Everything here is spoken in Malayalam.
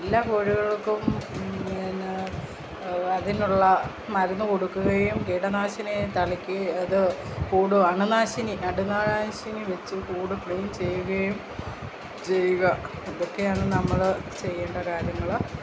എല്ലാ കോഴികൾക്കും അതിനുള്ള മരുന്നു കൊടുക്കുകയും കീടനാശിനീ തളിക്ക് അതു കൂട് അണുനാശിനി അണുനാശിനി വെച്ചു കൂട് ക്ലീൻ ചെയ്യുകയും ചെയ്യുക ഇതൊക്കെയാണ് നമ്മൾ ചെയ്യേണ്ട കാര്യങ്ങൾ